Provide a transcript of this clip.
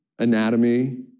Anatomy